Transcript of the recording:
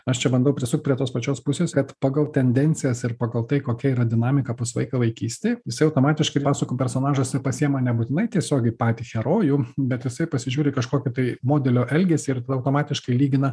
aš čia bandau prisukt prie tos pačios pusės kad pagal tendencijas ir pagal tai kokia yra dinamika pas vaiką vaikystėj jisai automatiškai pasakų personažuose pasiema nebūtinai tiesiogiai patį herojų bet jisai pasižiūri kažkokį tai modelio elgesį ir tada automatiškai lygina